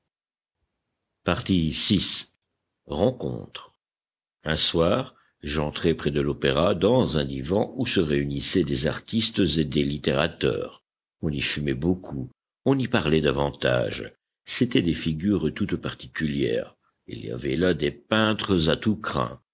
de bardane un soir j'entrai près de l'opéra dans un divan où se réunissaient des artistes et des littérateurs on y fumait beaucoup on y parlait davantage c'étaient des figures toutes particulières il y avait là des peintres à tous crins